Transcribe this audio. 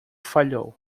falhou